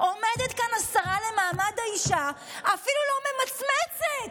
עומדת כאן השרה למעמד האישה ואפילו לא ממצמצת,